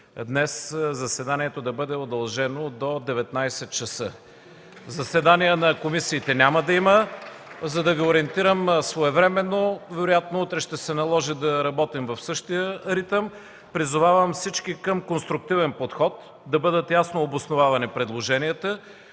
днес заседанието да бъде удължено до 19,00 ч. (Шум и реплики.) Заседания на комисиите няма да има. За да Ви ориентирам своевременно – вероятно утре ще се наложи да работим в същия ритъм. Призовавам всички към конструктивен подход, да бъдат ясно обосновавани предложенията,